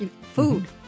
Food